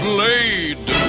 Blade